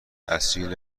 اصیل